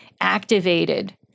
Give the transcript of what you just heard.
activated